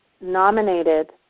nominated